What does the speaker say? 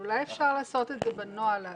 אולי אפשר לעשות את זה בנוהל.